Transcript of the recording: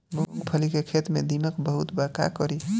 मूंगफली के खेत में दीमक बहुत बा का करी?